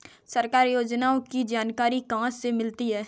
सरकारी योजनाओं की जानकारी कहाँ से मिलती है?